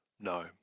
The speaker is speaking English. No